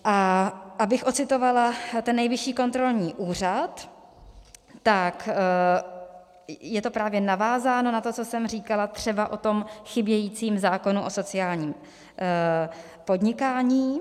A abych odcitovala ten Nejvyšší kontrolní úřad, tak je to právě navázáno na to, co jsem říkala třeba o tom chybějícím zákonu o sociálním podnikání.